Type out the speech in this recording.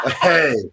hey